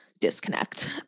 disconnect